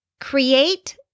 create